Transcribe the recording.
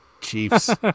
Chiefs